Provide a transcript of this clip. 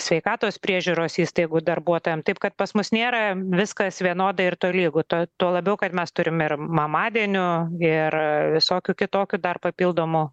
sveikatos priežiūros įstaigų darbuotojam taip kad pas mus nėra viskas vienoda ir tolygu ta tuo labiau kad mes turim ir mamadienių ir visokių kitokių dar papildomų